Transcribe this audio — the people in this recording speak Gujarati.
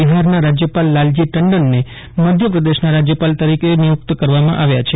બિહારના રાજ્યપાલ લાલજી ટંડનને મધ્યપ્રદેશના રાજ્યપાલ તરીકે નિયુક્ત કરવામાં આવ્યા છે